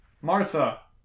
Martha